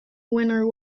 winner